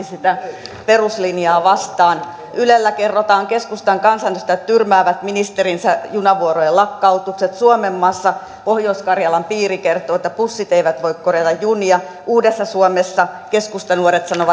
sitä peruslinjaa vastaan ylellä kerrotaan keskustan kansanedustajat tyrmäävät ministerinsä junavuorojen lakkautukset suomenmaassa pohjois karjalan piiri kertoo että bussit eivät voi korvata junia uudessa suomessa keskustanuoret sanoo